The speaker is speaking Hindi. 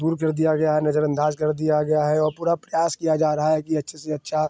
दूर कर दिया गया है नजरअन्दाज़ कर दिया गया है और पूरा प्रयास किया जा रहा है कि अच्छे से अच्छा